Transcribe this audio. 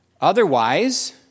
Otherwise